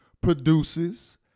produces